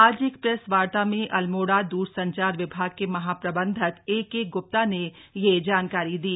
आज एक प्रेस वार्ता में अल्मोड़ा दूरसंचार विभाग के महाप्रबंधक ए के ग्र्प्ता यह जानकारी दी